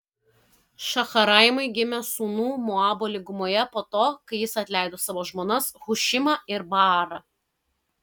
šaharaimui gimė sūnų moabo lygumoje po to kai jis atleido savo žmonas hušimą ir baarą